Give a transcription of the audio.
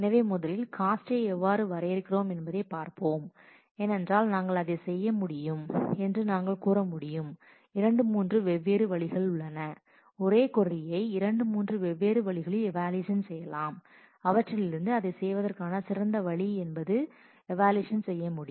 எனவே முதலில் காஸ்ட்டை எவ்வாறு வரையறுக்கிறோம் என்பதைப் பார்ப்போம் ஏனென்றால் நாங்கள் அதைச் செய்ய முடியும் என்று நாங்கள் கூற முடியும் 2 3 வெவ்வேறு வழிகள் உள்ளன ஒரே கொர்ரியை 2 3 வெவ்வேறு வழிகளில் ஈவாலுவேஷன் செய்யலாம் அவற்றில் இருந்து அதைச் செய்வதற்கான சிறந்த வழி எது என்பதை ஈவாலுவேஷன் செய்ய வேண்டும்